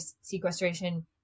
sequestration